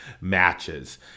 matches